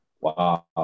Wow